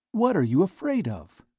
what are you afraid of?